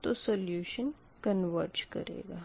तो solution converge करेगा